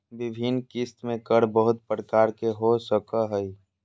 विभिन्न किस्त में कर बहुत प्रकार के हो सको हइ